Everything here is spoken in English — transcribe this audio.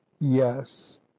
yes